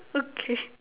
okay